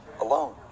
alone